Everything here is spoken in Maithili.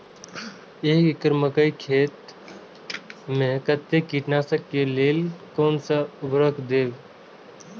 एक एकड़ मकई खेत में कते कीटनाशक के लेल कोन से उर्वरक देव?